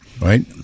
right